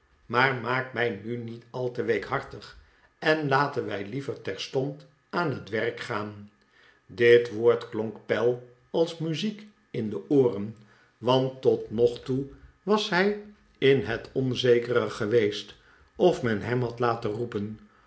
maar maak mij nu niet al te weekhartig en laten wij liever terstond aan het werk gaan dit woord klonk pell als muziek in de oorenj want tot nog toe was hij in het onzekere geweest of men hem had laten roepen